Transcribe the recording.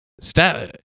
stat